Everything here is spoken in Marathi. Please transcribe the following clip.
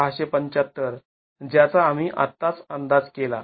६७५ ज्याचा आम्ही आत्ताच अंदाज केला